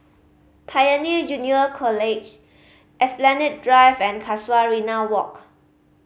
Pioneer Junior College Esplanade Drive and Casuarina Walk